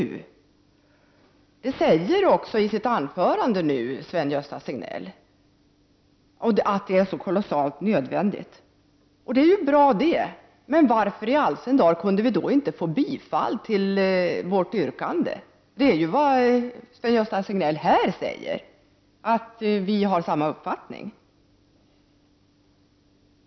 Sven-Gösta Signell säger också i sitt anförande att det är kolossalt nödvändigt. Det är bra. Varför skulle vi då inte få bifall till vårt yrkande? Sven-Gösta Signell säger ju här att vi har samma uppfattning.